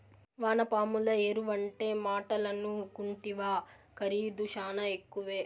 వానపాముల ఎరువంటే మాటలనుకుంటివా ఖరీదు శానా ఎక్కువే